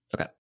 Okay